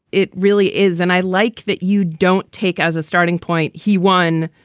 it really is and i like that you don't take as a starting point. he won.